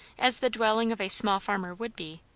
as the dwelling of a small farmer would be,